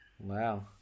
Wow